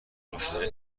نوشیدنی